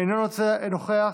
אינו נוכח,